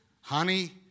honey